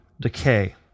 decay